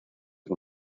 con